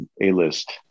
A-list